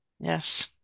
Yes